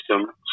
system